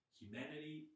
humanity